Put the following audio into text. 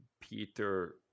Peter